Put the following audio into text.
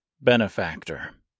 Benefactor